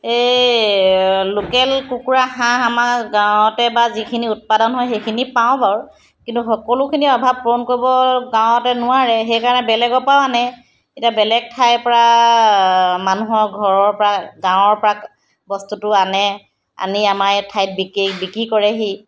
এই লোকেল কুকুৰা হাঁহ আমাৰ গাঁৱতে বা যিখিনি উৎপাদন হয় সেইখিনি পাওঁ বাৰু কিন্তু সকলোখিনি অভাৱ পূৰণ কৰিব গাঁৱতে নোৱাৰে সেইকাৰণে বেলেগৰ পৰাও আনে এতিয়া বেলেগ ঠাইৰ পৰা মানুহৰ ঘৰৰ পৰা গাঁৱৰ পৰা বস্তুটো আনে আনি আমাৰ ঠাইত বিকে বিক্ৰী কৰেহি